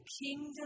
kingdom